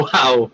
Wow